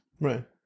Right